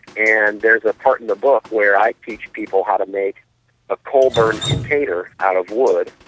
and there's a part in the book where i teach people how to make a coal burning container out of wood.